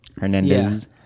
Hernandez